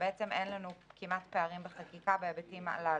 ובעצם אין לנו כמעט פערים בחקיקה בהיבטים הללו.